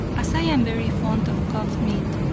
as i am very fond of cub meat,